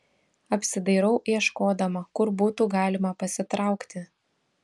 apsidairau ieškodama kur būtų galima pasitraukti